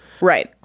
Right